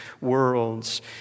worlds